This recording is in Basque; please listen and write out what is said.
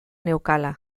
neukala